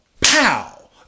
pow